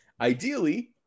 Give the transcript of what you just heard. Ideally